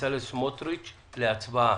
בצלאל סמוטריץ' להצבעה.